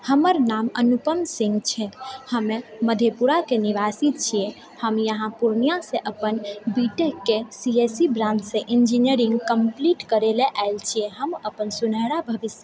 हमर नाम अनुपम सिंह छै हमे मधेपुराके निवासी छिऐ हम यहाँ पूर्णियासँ अपन बी टेकके सी एस ई ब्रांचसँ इन्जिनीरिङ्ग कम्प्लीट करए लऽ आएल छिऐ हम अपन सुनहरा भविष्य